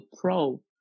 Pro